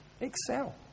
Excel